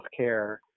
healthcare